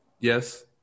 Yes